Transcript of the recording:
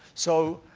so